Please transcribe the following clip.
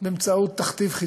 באמצעות תכתיב חיצוני.